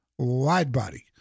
Widebody